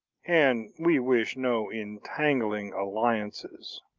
and we wish no entangling alliances.